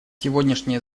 сегодняшнее